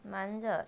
मांजर